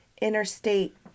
interstate